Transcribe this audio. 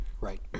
Right